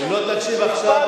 אם לא תקשיב עכשיו,